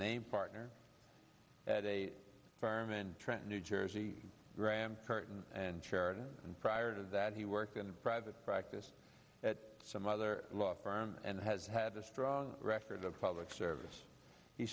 name partner at a fireman trenton new jersey graham curtain and sharon and prior to that he worked in private practice at some other law firm and has had a strong record of public service